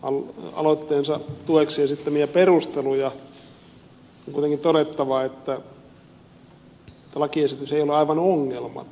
hemmilän aloitteensa tueksi esittämiä perusteluja on kuitenkin todettava että lakiesitys ei ole aivan ongelmaton